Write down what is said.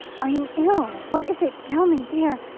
are you ill? what is it? tell me dear!